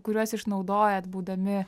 kuriuos išnaudojat būdami